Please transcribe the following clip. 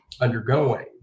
undergoing